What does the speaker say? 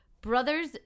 Brothers